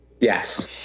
Yes